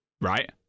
Right